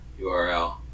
URL